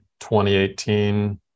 2018